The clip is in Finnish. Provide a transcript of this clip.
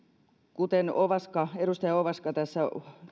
kuten edustaja ovaska tässä